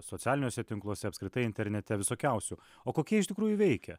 socialiniuose tinkluose apskritai internete visokiausių o kokie iš tikrųjų veikia